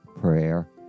prayer